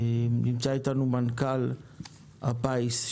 נמצא איתנו מנכ"ל הפיס,